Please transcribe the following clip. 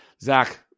Zach